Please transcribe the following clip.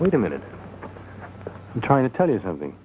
wait a minute trying to tell you something